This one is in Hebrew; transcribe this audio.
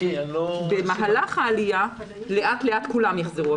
במהלך העלייה לאט-לאט כולן יחזרו,